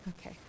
okay